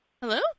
hello